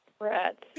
Rats